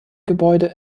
gebäude